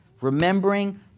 Remembering